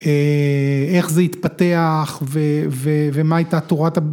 איך זה התפתח, ומה הייתה תורת ה...